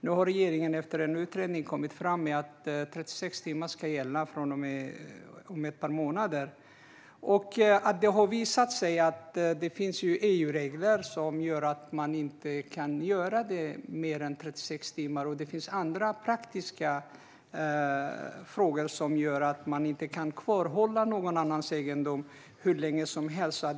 Nu har regeringen efter en utredning kommit fram med att 36 timmar ska gälla från och med om ett par månader. Det har visat sig att det finns EU-regler som gör att man inte kan göra detta mer än 36 timmar. Det finns också andra praktiska frågor som gör att man inte kan kvarhålla någon annans egendom hur länge som helst.